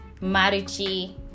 Maruchi